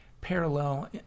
parallel